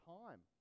time